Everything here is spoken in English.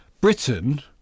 Britain